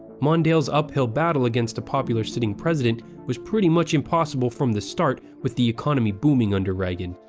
mondale's uphill battle against a popular sitting president was pretty much impossible from the start with the economy booming under reagan.